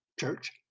church